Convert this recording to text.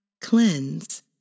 cleanse